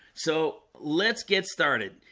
so let's get started.